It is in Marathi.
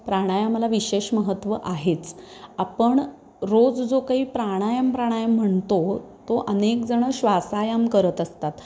प्राणायामाला विशेष महत्त्व आहेच आपण रोज जो काही प्राणायाम प्राणायाम म्हणतो तो अनेकजणं श्वासायाम करत असतात